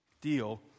Deal